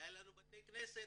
"היה לנו בתי כנסת".